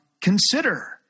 consider